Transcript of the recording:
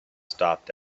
stopped